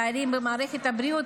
הפערים במערכת הבריאות,